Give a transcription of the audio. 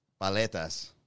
paletas